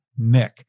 Mick